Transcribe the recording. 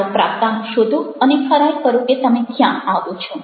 તમારો પ્રાપ્તાંક શોધો અને ખરાઈ કરો કે તમે ક્યાં આવો છો